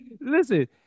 Listen